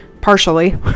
partially